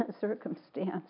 circumstance